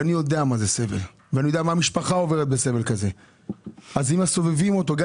רופא או במרשם אחר לפי סעיף 26א. מדובר פה בתרופה